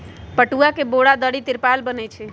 पटूआ से बोरा, दरी, तिरपाल बनै छइ